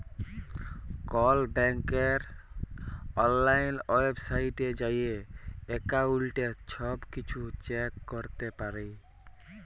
call ব্যাংকের অললাইল ওয়েবসাইটে যাঁয়ে এক্কাউল্টের ছব কিছু চ্যাক ক্যরতে পারি